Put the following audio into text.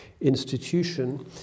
institution